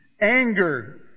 Anger